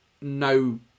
no